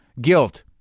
Guilt